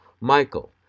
Michael